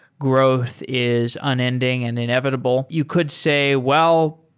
growth is unending and inevitable. you could say, well,